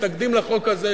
מתנגדים לחוק הזה,